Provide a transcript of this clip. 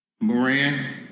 Moran